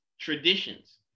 traditions